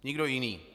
Nikdo jiný.